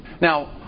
Now